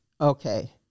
Okay